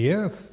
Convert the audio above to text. Yes